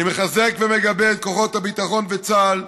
אני מחזק ומגבה את כוחות הביטחון וצה"ל,